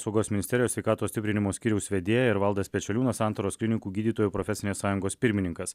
saugos ministerijos sveikatos stiprinimo skyriaus vedėja ir valdas pečeliūnas santaros klinikų gydytojų profesinės sąjungos pirmininkas